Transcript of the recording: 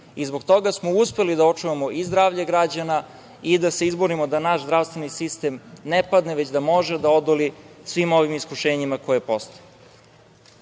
i zbog toga smo uspeli da očuvamo i zdravlje građana i da se izborimo da naš zdravstveni sistem ne padne, već da može da odoli svim ovim iskušenjima koja postoje. Danas